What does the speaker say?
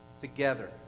together